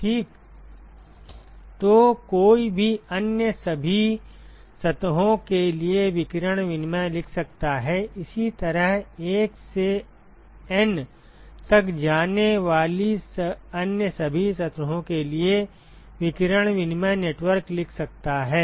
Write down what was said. ठीक तो कोई भी अन्य सभी सतहों के लिए विकिरण विनिमय लिख सकता है इसी तरह 1 से N तक जाने वाली अन्य सभी सतहों के लिए विकिरण विनिमय नेटवर्क लिख सकता है